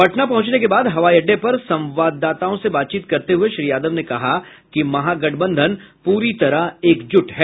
पटना पहुंचने के बाद हवाई अड़डे पर संवाददाताओं से बातचीत करते हये श्री यादव ने कहा कि महागठबंधन पूरी तरह एकजुट है